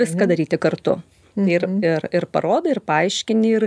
viską daryti kartu ir ir ir parodai ir paaiškini ir